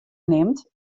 nimt